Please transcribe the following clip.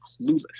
clueless